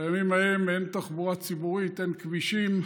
בימים ההם אין תחבורה ציבורית, אין כבישים,